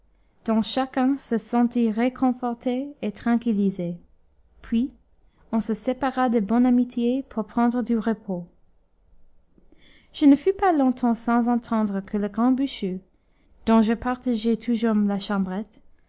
dont chacun se sentit réconforté et tranquillisé puis on se sépara de bonne amitié pour prendre du repos je ne fus pas longtemps sans entendre que le grand bûcheux dont je partageais toujours la chambrette